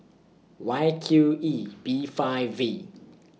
Y Q E B five V